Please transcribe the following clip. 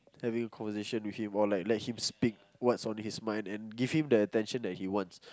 having a conversation with or like let him speak what's on his mind and give him the attention that he wants